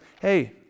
Hey